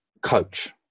coach